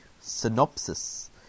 synopsis